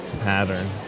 pattern